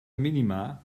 minima